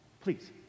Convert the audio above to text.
please